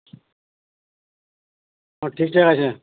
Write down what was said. ও ঠিকঠাক আছে